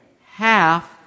half